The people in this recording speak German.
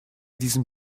diesem